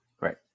Right